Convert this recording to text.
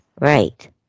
Right